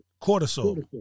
cortisol